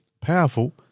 powerful